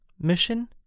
mission